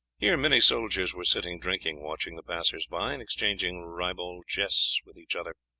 here many soldiers were sitting drinking, watching the passers-by, and exchanging ribald jests with each other,